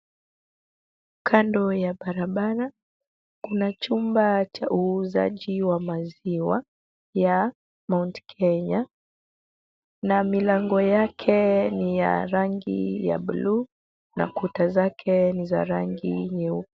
Kando ya barabara kuna chumba cha uuzaji wa maziwa ya mount Kenya na milango yake ni ya rangi ya blue na kuta zake ni za rangi nyeupe.